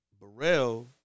Burrell